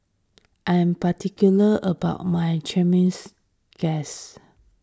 I am particular about my Chimichangas